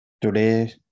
Today